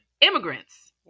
immigrants